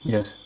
Yes